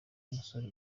umusore